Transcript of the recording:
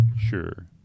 Sure